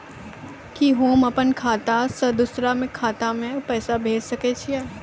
कि होम अपन खाता सं दूसर के खाता मे पैसा भेज सकै छी?